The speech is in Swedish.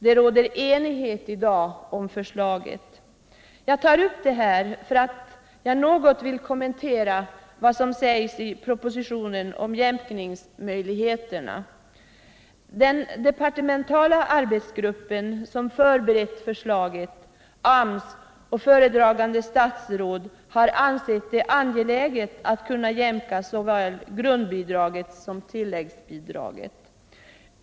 Det råder i dag enighet om förslaget. Jag tar upp det därför att jag något vill kommentera vad som sägs i propositionen om jämkningsmöjligheterna. Den departementala arbetsgruppen som förberett förslaget, AMS och föredragande statsrådet har ansett det angeläget att kunna jämka såväl grundbidraget som tilläggsbidraget.